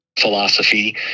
philosophy